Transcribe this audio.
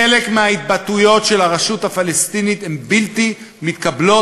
חלק מההתבטאויות של הרשות הפלסטינית הן בלתי מתקבלות